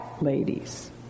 ladies